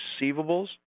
receivables